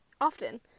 often